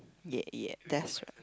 ya ya that's right